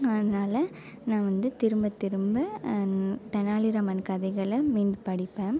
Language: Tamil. அதனால் நான் வந்து திரும்ப திரும்ப தெனாலிராமன் கதைகளை மீண்டும் படிப்பேன்